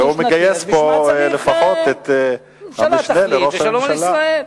הוא מגייס פה לפחות את המשנה לראש הממשלה.